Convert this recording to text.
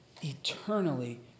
eternally